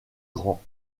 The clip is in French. grands